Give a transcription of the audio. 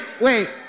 wait